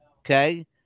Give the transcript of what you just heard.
Okay